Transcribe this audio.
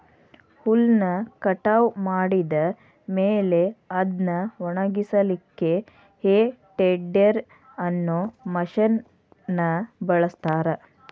ಹುಲ್ಲ್ ಕಟಾವ್ ಮಾಡಿದ ಮೇಲೆ ಅದ್ನ ಒಣಗಸಲಿಕ್ಕೆ ಹೇ ಟೆಡ್ದೆರ್ ಅನ್ನೋ ಮಷೇನ್ ನ ಬಳಸ್ತಾರ